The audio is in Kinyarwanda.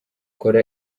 kora